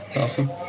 Awesome